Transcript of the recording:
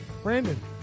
Brandon